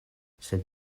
sed